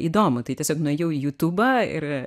įdomu tai tiesiog nuėjau į jutubą ir